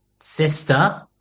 sister